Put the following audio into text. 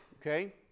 okay